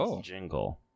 jingle